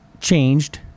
changed